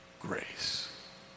grace